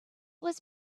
was